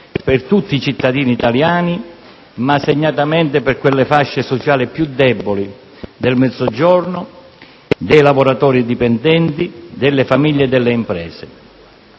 per tutti i cittadini italiani ma, segnatamente, per quelle fasce sociali più deboli del Mezzogiorno, dei lavoratori dipendenti, delle famiglie e delle imprese.